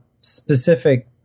specific